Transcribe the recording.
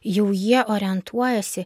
jau jie orientuojasi